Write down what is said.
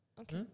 Okay